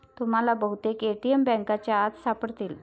तुम्हाला बहुतेक ए.टी.एम बँकांच्या आत सापडतील